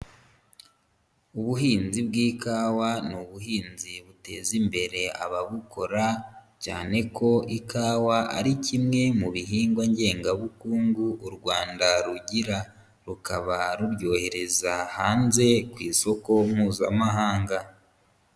Ubuhinzi bw'ikawa ni ubuhinzi buteza imbere ababukora cyane ko ikawa ari kimwe mu bihingwa ngengabukungu u Rwanda rugira, rukaba ruryohereza hanze ku isoko mpuzamahanga.